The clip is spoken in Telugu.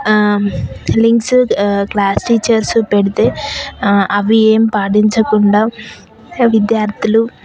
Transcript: లింక్స్ క్లాస్ టీచర్స్ పెడితే అవి ఏమి పాటించకుండా విద్యార్థులు